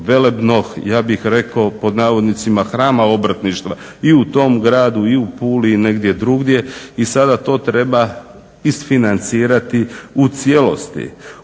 velebnog ja bih rekao pod navodnicima "hrama obrtništva" i u tom gradu i u Puli i negdje drugdje i sada to treba isfinancirati u cijelosti.